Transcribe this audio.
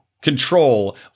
control